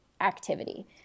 activity